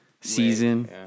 season